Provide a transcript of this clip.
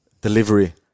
delivery